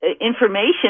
Information